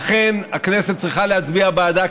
ולכן הכנסת צריכה להצביע בעדה,